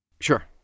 Sure